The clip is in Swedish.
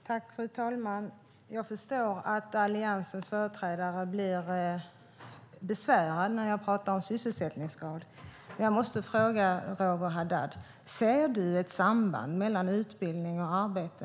Fru talman! Jag förstår att Alliansens företrädare blir besvärade när jag talar om sysselsättningsgrad. Jag måste fråga Roger Haddad: Ser du ett samband mellan utbildning och arbete?